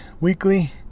weekly